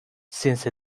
since